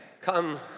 come